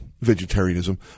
Vegetarianism